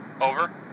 Over